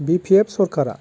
बि P F सरखारा